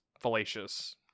fallacious